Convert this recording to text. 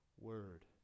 word